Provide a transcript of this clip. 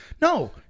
No